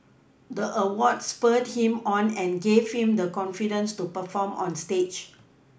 the award spurred him on and gave him the confidence to perform on stage